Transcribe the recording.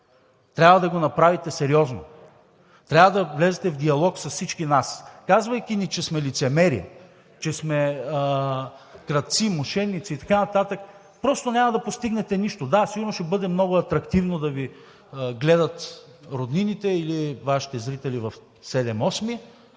трябва да го направите сериозно. Трябва да влезете в диалог с всички нас. Казвайки ни, че сме лицемери, че сме крадци, мошеници и така нататък – просто няма да постигнете нищо. Да, сигурно ще бъде много атрактивно да Ви гледат роднините или Вашите зрители в „7/8“,